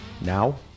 now